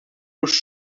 los